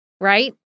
right